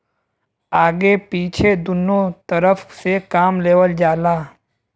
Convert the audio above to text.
आगे पीछे दुन्नु तरफ से काम लेवल जाला